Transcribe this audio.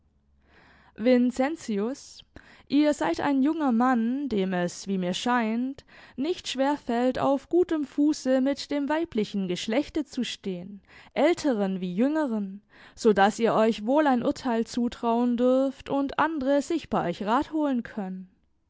vincentius ihr seid ein junger mann dem es wie mir scheint nicht schwer fällt auf gutem fuße mit dem weiblichen geschlechte zu stehen älteren wie jüngeren so daß ihr euch wohl ein urteil zutrauen dürft und andere sich bei euch rat holen können